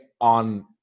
on